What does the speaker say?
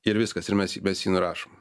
ir viskas ir mes jį mes jį nurašom